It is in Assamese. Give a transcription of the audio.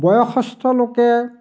বয়সস্থ লোকে